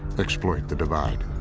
exploit the divide.